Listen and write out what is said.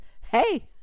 hey